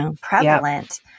prevalent